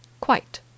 Quite